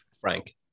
Frank